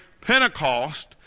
Pentecost